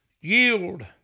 yield